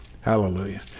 Hallelujah